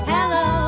Hello